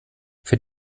für